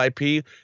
IP